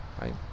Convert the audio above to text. Right